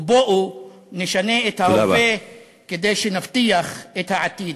ובואו נשנה את ההווה כדי שנבטיח את העתיד.